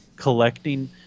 Collecting